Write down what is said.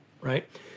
right